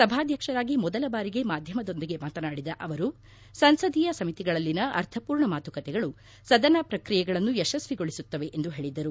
ಸಭಾಧ್ಯಕ್ಷರಾಗಿ ಮೊದಲ ಬಾರಿಗೆ ಮಾಧ್ಯಮದೊಂದಿಗೆ ಮಾತನಾಡಿದ ಬಿರ್ಲಾ ಅವರು ಸಂಸದೀಯ ಸಮಿತಿಗಳಲ್ಲಿನ ಅರ್ಥಪೂರ್ಣ ಮಾತುಕತೆಗಳು ಸದನ ಪ್ರಕ್ರಿಯೆಗಳನ್ನು ಯಶಸ್ವಿಗೊಳಿಸುತ್ತವೆ ಎಂದು ಹೇಳಿದರು